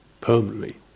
permanently